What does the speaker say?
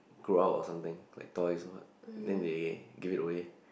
grow out of something like toys or what then they give it away